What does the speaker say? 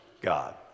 God